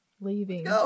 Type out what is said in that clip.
leaving